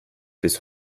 bis